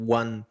one